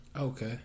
Okay